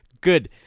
good